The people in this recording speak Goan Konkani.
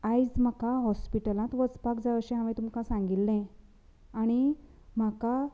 आयज म्हाका हॉस्पिटलांत वचपाक जाय अशें हांवे तुमकां सांगिल्ले आनी म्हाका